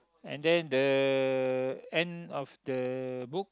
and then the end of the book